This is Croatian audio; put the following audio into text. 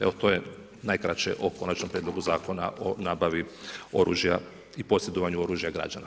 Evo to je najkraće o Konačnom prijedlogu zakona o nabavi oružja i posjedovanju oružja građana.